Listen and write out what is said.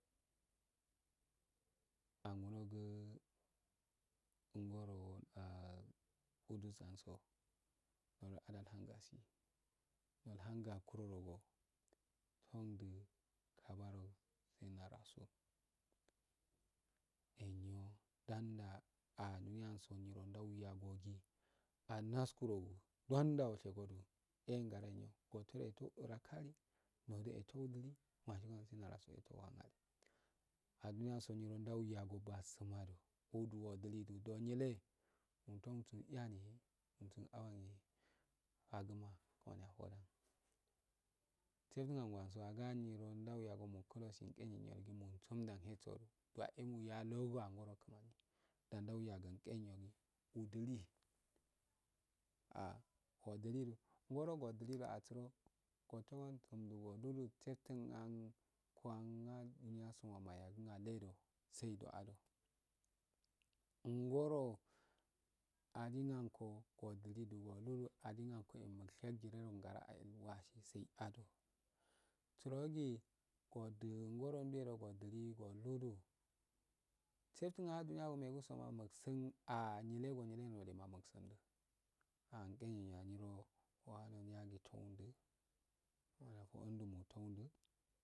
Angunogu ngoro yadutseyaso nandado ala hungasi nolhangakurogu fundi kabaro saina rasulul enyo danda aduni yanso nyiro ndua yagii anaskuragu du wanda ashegodo enganrayo ngutode tau do raka alii ndododaudili na ndinaro sainarasulluh eh rddu han alii aduniyanso nyira dauyago da basmado odilido ndo yille nufau sun iyane nusun abane faguma kimani afadan aganyiro nolauyagodu mulosi nlan musanda che su waeda daugoluwa angurojso da dau yago mkenyo do nwdili ah odido ngurogudili asuro oto wgu saftun an yagima sangunaledo sai do ado ngoro adinant koh wudilido adinanko eh mushekgireno garga edolwasi sai ado surogi wudi ngoro ndiyedo wudilidu oludo seftunanrhnya go megusomuksin a nyile go nyitema lnolema muksindu angainyanyeledo kimani ya afoindo mutuwundi